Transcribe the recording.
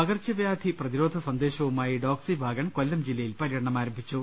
പകർച്ചവ്യാധി പ്രതിരോധ സന്ദേശവുമായി ഡോക്സി വാഗൺ കൊല്ലം ജില്ലയിൽ പര്യടനം ആരംഭിച്ചു